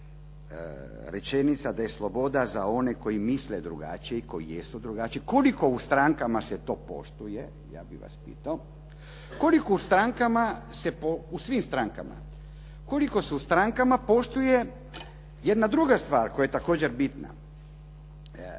rečenica da je sloboda za one koji misle drugačije i koji jesu drugačiji. Koliko u strankama se to poštuje, ja bih vas pitao. Koliko u strankama, u svim strankama, koliko se poštuje jedna druga stvar koja je također bitna.